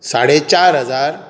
साडे चार हजार